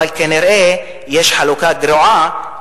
אבל כנראה יש חלוקה גרועה.